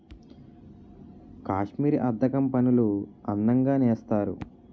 కాశ్మీరీ అద్దకం పనులు అందంగా నేస్తారు